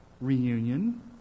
reunion